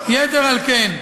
יתר על כן,